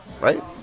right